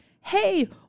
Hey